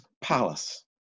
palace